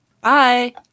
bye